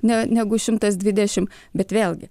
ne negu šimtas dvidešim bet vėlgi